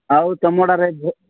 ଆଉ